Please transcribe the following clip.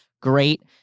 great